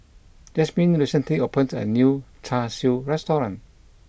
Jazmyn recently opened a new Char Siu restaurant